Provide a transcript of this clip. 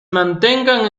mantengan